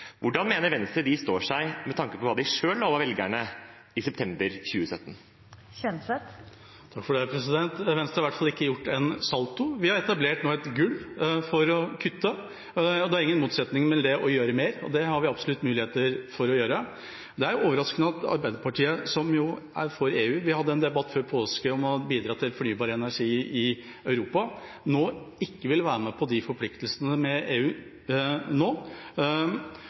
Hvordan mener Venstre de står seg, med tanke på hva de selv lovet velgerne i september 2017? Venstre har i hvert fall ikke gjort en salto. Vi har etablert et gulv for å kutte. Det er ingen motsetning mellom det og å gjøre mer, og det har vi absolutt muligheter til å gjøre. Det er overraskende at Arbeiderpartiet, som er for EU – vi hadde en debatt før påske om å bidra til fornybar energi i Europa – ikke vil være med på forpliktelsene overfor EU nå.